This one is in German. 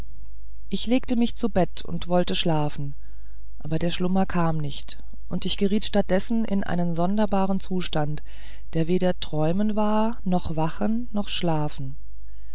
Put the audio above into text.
ich legte mich zu bett und wollte schlafen aber der schlummer kam nicht und ich geriet stattdessen in einen sonderbaren zustand der weder träumen war noch wachen noch schlafen